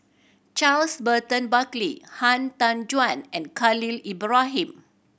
Charles Burton Buckley Han Tan Juan and Khalil Ibrahim